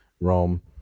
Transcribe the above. Rome